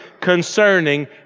concerning